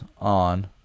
on